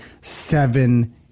seven